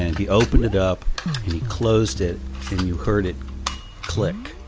and he opened it up and he closed it and you heard it click.